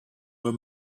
were